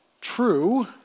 true